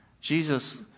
Jesus